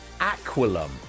Aquilum